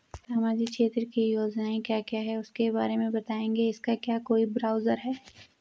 सामाजिक क्षेत्र की योजनाएँ क्या क्या हैं उसके बारे में बताएँगे इसका क्या कोई ब्राउज़र है?